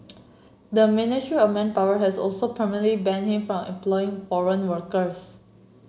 the Ministry of Manpower has also permanently banned him from employing foreign workers